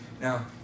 Now